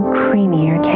creamier